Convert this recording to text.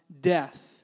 death